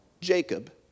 Jacob